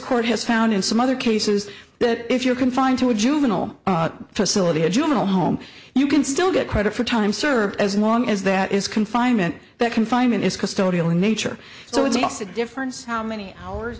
court has found in some other cases that if you're confined to a juvenile facility a juvenile home you can still get credit for time served as long as that is confinement that confinement is custodial in nature so exhausted difference how many hours